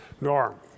Norm